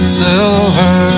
silver